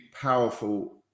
powerful